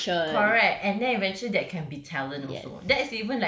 hard work correct and that eventually that can be talent also